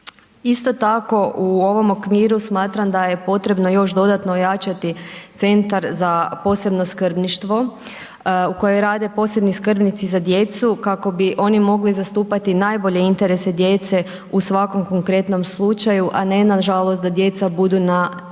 Isto tako u ovom okviru smatram da je potrebno još dodatno ojačati centar za posebno skrbništvo u kojem rade posebni skrbnici za djecu kako bi oni mogli zastupati posebne interese djece u svakom konkretnom slučaju a ne nažalost da djeca budu na